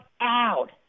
out